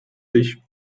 sich